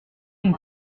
une